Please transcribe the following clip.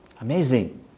Amazing